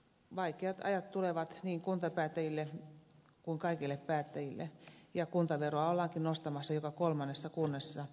vaikeat ajat tulevat niin kuntapäättäjille kuin kaikille päättäjille ja kuntaveroa ollaankin nostamassa joka kolmannessa kunnassa